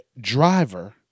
driver